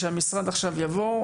שהמשרד עכשיו יבוא,